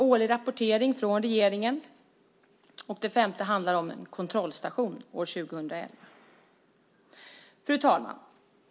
Årlig rapportering från regeringen. 5. En kontrollstation år 2011. Fru talman!